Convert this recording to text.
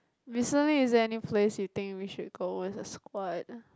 recently is there any place you think we should go as a squad